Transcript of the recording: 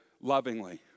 lovingly